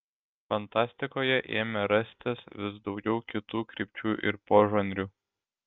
fantastikoje ėmė rastis vis daugiau kitų krypčių ir požanrių